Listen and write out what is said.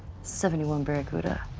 seventy one barracuda. i